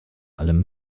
allem